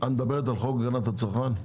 את מדברת על חוק הגנת הצרכן?